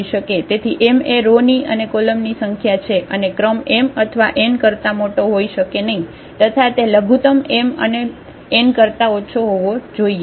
તેથી m એ row ની અને કોલમની સંખ્યા છે અને ક્રમ m અથવા n કરતા મોટો હોઇ શકે નહીં તથા તે લઘુત્તમ m અને n કરતા ઓછો હોવો જોઈએ